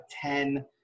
ten